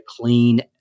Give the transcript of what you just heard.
clean